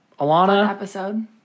Alana